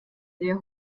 sehr